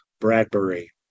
Bradbury